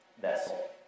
vessel